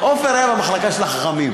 עפר היה במחלקה של החכמים,